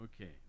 Okay